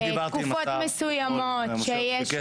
תקופות מסוימות שיש עומס.